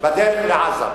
בדרך לעזה,